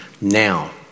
Now